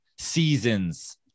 seasons